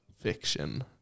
Fiction